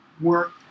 work